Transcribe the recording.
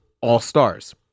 all-stars